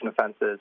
offenses